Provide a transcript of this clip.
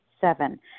Seven